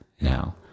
now